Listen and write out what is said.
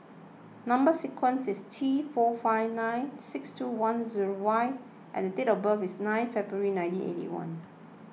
Number Sequence is T four five nine six two one zero Y and date of birth is nine February nineteen eighty one